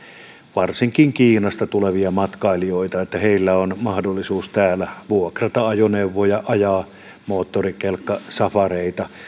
varsinkin kiinasta tulevia matkailijoita heillä olisi mahdollisuus täällä vuokrata ajoneuvoja ja ajaa moottorikelkkasafareita